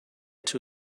two